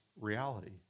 reality